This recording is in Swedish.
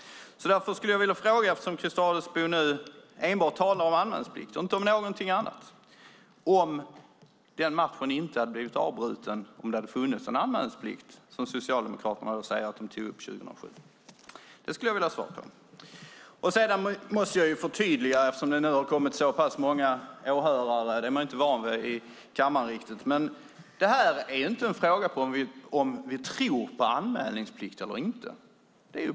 Christer Adelsbo talar enbart om anmälningsplikt, och jag vill därför fråga Christer Adelsbo om matchen inte hade blivit avbruten om den anmälningsplikt som Socialdemokraterna säger att de tog upp 2007 hade funnits. Det här handlar inte om huruvida vi tror på anmälningsplikt eller inte.